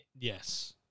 Yes